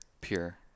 Pure